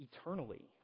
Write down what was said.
eternally